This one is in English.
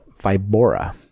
Vibora